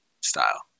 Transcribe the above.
style